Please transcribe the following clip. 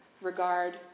regard